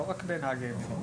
לא בנהגי מיניבוס.